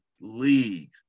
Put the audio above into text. league